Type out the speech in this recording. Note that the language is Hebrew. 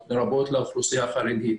לרבות לאוכלוסייה החרדית,